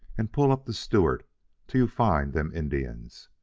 and pull up the stewart till you find them indians.